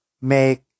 make